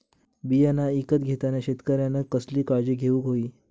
बियाणा ईकत घेताना शेतकऱ्यानं कसली काळजी घेऊक होई?